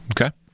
Okay